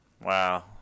Wow